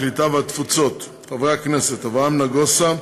הקליטה והתפוצות: חברי הכנסת אברהם נגוסה,